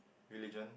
religion